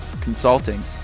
consulting